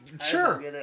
sure